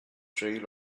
trail